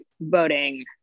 voting